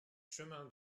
chemin